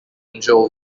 angel